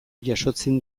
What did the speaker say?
jasotzen